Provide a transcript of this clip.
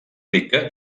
rica